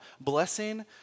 blessing